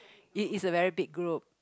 its a very big group